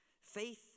Faith